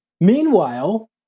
Meanwhile